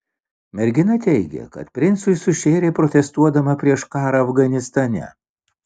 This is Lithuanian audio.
mergina teigė kad princui sušėrė protestuodama prieš karą afganistane